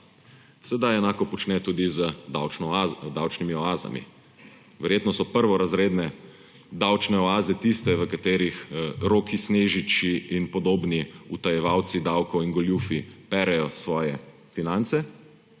Sedaj enako počne tudi z davčnimi oazami. Verjetno so prvorazredne davčne oaze tiste, v katerih roki snežiči in podobni utajevalci davkov in goljufi perejo svoje finance,